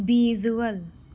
visual